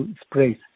sprays